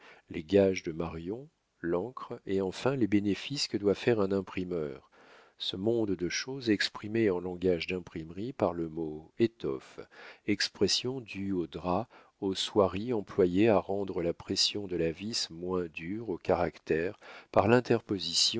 les gages de marion l'encre et enfin les bénéfices que doit faire un imprimeur ce monde de choses exprimées en langage d'imprimerie par le mot étoffes expression due aux draps aux soieries employées à rendre la pression de la vis moins dure aux caractères par